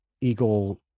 eagle